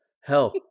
Hell